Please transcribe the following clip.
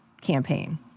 campaign